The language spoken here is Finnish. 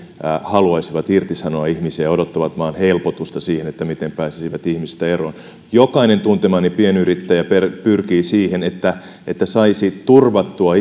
haluaisivat irtisanoa ihmisiä ja odottavat vain helpotusta siihen miten pääsisivät ihmisistä eroon jokainen tuntemani pienyrittäjä pyrkii siihen että että saisi turvattua